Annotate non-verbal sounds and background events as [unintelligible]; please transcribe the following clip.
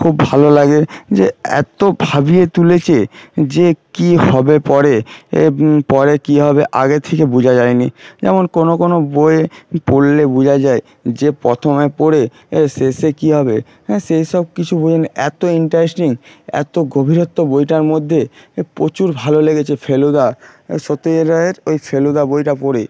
খুব ভালো লাগে যে এত ভাবিয়ে তুলেছে যে কি হবে পরে পরে কি হবে আগে থেকে বোঝা যায় নি যেমন কোন কোন বইয়ে পড়লে বোঝা যায় যে প্রথমে পড়ে শেষে কী হবে সেই সব কিছু [unintelligible] এত ইন্টারেস্টিং এত গভীরত্ব বইটার মধ্যে প্রচুর ভালো লেগেছে ফেলুদা সত্যজিৎ রায়ের ওই ফেলুদা বইটা পড়ে